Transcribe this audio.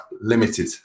limited